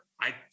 I-